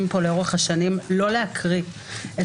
נוהגים פה לאורך השנים לא להקריא את